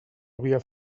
havia